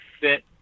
fit